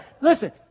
listen